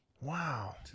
Wow